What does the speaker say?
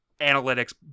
analytics